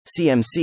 CMC